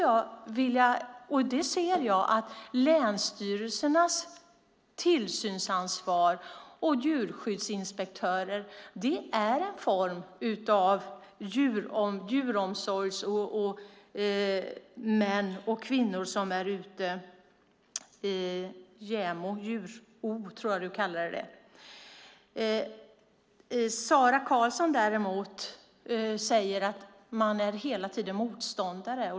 Jag ser att länsstyrelsernas tillsynsansvar och djurskyddsinspektörer är en form av djuromsorgsmän och djuromsorgskvinnor som är ute. Jag tror att Kew Nordqvist kallade det för DjurO. Sara Karlsson säger däremot hela tiden att ni är motståndare.